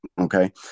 Okay